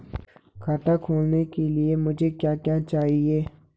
खाता खोलने के लिए मुझे क्या क्या चाहिए?